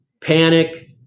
panic